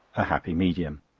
a happy medium,